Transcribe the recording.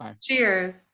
Cheers